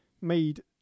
made